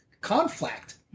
Conflict